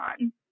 on